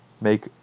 make